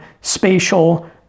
spatial